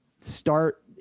start